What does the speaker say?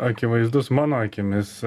akivaizdus mano akimis